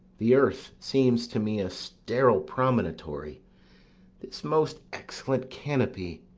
the earth, seems to me a sterile promontory this most excellent canopy,